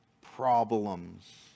problems